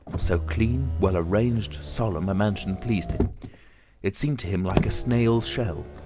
so clean, well-arranged, solemn a mansion pleased him it seemed to him like a snail's shell,